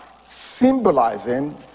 Symbolizing